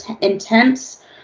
intense